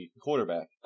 quarterback